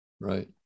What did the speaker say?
Right